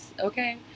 Okay